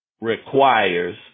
requires